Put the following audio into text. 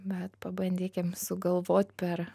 bet pabandykim sugalvot per